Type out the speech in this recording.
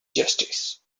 justice